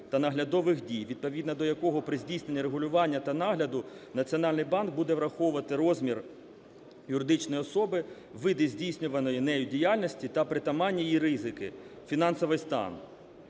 та наглядових дій, відповідно до якого, при здійсненні регулювання та нагляду, Національний банк буде враховувати розмір юридичної особи, види здійснюваної нею діяльності та притаманні їй ризики, фінансовий стан.